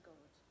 God